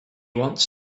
wants